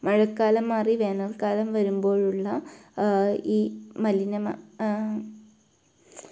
മഴക്കാലം മാറി വേനൽക്കാലം വരുമ്പോഴുള്ള ഈ മലിനമ